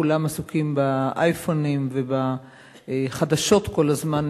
כולם עסוקים באייפונים ובחדשות כל הזמן,